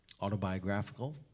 autobiographical